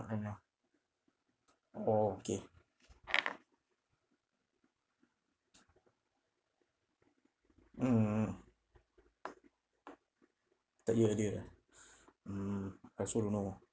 lockdown ya oh okay mm third year already ah mm I also don't know